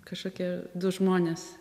kažkokie du žmonės